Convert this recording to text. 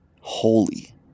Holy